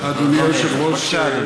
אדוני היושב-ראש,